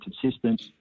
consistent